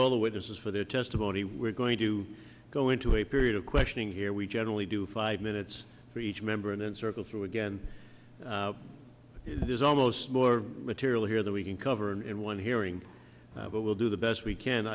all the witnesses for their testimony we're going to go into a period of questioning here we generally do five minutes for each member and then circle through again there's almost more material here that we can cover and one hearing what will do the best we can